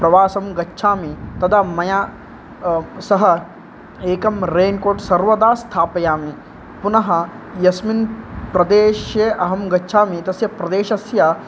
प्रवासं गच्छामि तदा मया सह एकं रेन्कोट् सर्वदा स्थापयामि पुनः यस्मिन् प्रेदेशे अहं गच्छामि तस्य प्रदेशस्य